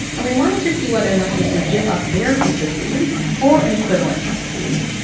and we wanted to see whether monkeys would give up their piece of food for an equivalent piece of food.